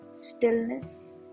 stillness